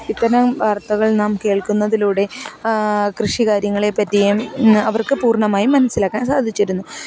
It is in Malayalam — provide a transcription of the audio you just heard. ഇത്തരം വാർത്തകൾ നാം കേൾക്കുന്നതിലൂടെ കൃഷി കാര്യങ്ങളെപ്പറ്റിയും ഇന്ന് അവർക്ക് പൂർണ്ണമായും മനസ്സിലാക്കാൻ സാധിച്ചിരുന്നു